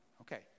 Okay